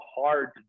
hard